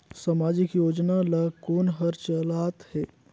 समाजिक योजना ला कोन हर चलाथ हे?